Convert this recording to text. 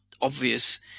obvious